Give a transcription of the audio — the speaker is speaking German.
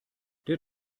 der